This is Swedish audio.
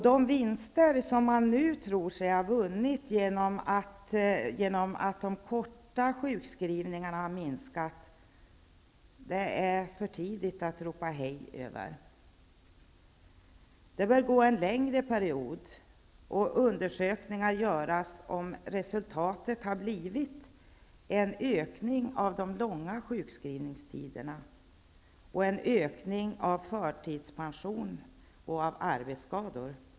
De vinster man nu tror sig ha vunnit genom att de korta sjukskrivningarna har minskat är det för tidigt att ropa hej över. En längre period måste gå innan man kan vara säker på sådana vinster, och man bör också undersöka om resultatet har blivit en ökning av de långa sjukskrivningstiderna, av uttagen förtidspension och av arbetsskador.